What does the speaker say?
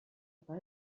pas